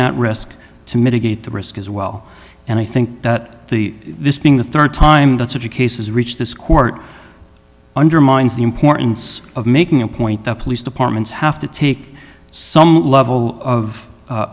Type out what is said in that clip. that risk to mitigate the risk as well and i think that this being the third time that such a case is reached this court undermines the importance of making a point that police departments have to take some level of